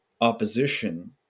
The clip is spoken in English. opposition